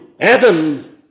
Adam